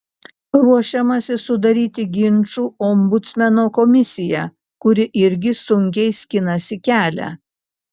ruošiamasi sudaryti ginčų ombudsmeno komisiją kuri irgi sunkiai skinasi kelią